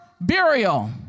burial